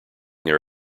their